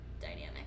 dynamic